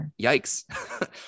yikes